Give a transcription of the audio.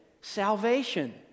salvation